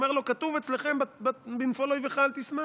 אומר לו: כתוב אצלכם "בנפל אויבך אל תשמח".